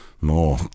more